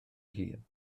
hun